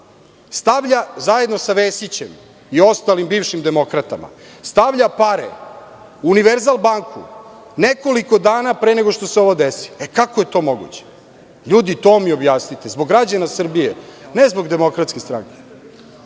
stavlja zajedno sa Vesićem i ostalim bivšim demokratama pare u „Univerzal banku“ nekoliko dana pre nego što se ovo desi? Kako je to moguće? Ljudi, to mi objasnite, zbog građana Srbije, a ne zbog DS. To se